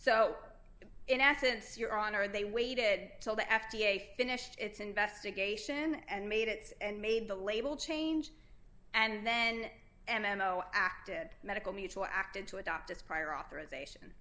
so in essence your honor they waited till the f d a finished its investigation and made it and made the label change and then and imo acted medical mutual acted to adopt its prior authorization